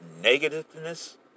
negativeness